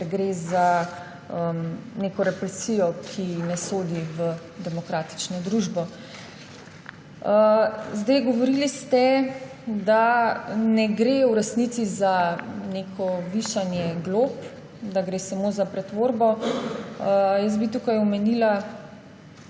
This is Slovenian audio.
ker gre za neko represijo, ki ne sodi v demokratično družbo. Govorili ste, da v resnici ne gre za neko višanje glob, da gre samo za pretvorbo. Tukaj bi omenila